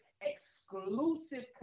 exclusive